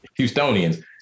Houstonians